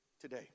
today